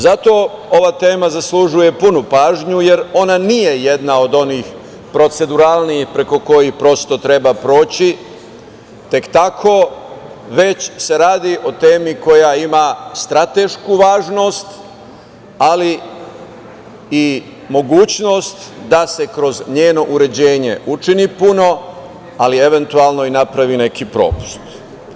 Zato ova tema zaslužuje punu pažnju jer ona nije jedna od onih proceduralnijih preko kojih prosto treba proći tek tako, već se radi o temi koja ima stratešku važnost, ali i mogućnost da se kroz njeno uređenje učini puno, ali eventualno napravi i neki propust.